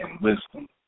wisdom